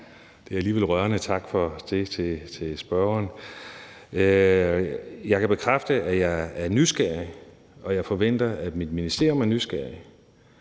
år er alligevel rørende. Tak for det til spørgeren. Jeg kan bekræfte, at jeg er nysgerrig, og jeg forventer, at mit ministerium er nysgerrig